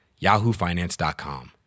yahoofinance.com